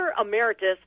Emeritus